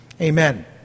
Amen